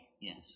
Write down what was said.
Yes